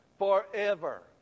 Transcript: Forever